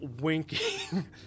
winking